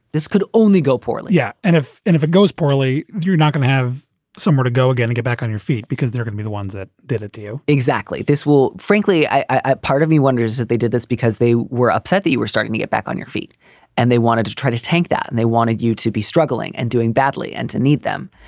this could only go poorly. yeah and if and if it goes poorly, you're not going to have somewhere to go again to get back on your feet because they're gonna be the ones that did it to you exactly. this will, frankly, i. part of me wonders that they did this because they were upset that you were starting to get back on your feet and they wanted to try to tank that. and they wanted you to be struggling and doing badly and to need them.